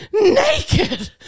naked